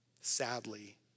sadly